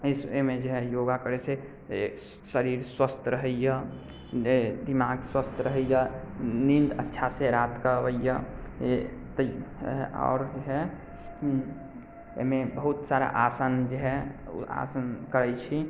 इस एहिमे जे है योगा करै से शरीर स्वस्थ रहैया जे दिमाग स्वस्थ रहैया नींद अच्छा से रातिके अबैया आओर है एहिमे बहुत सारा आसन जे है ओ आसन करैत छी